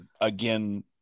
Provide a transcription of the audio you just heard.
again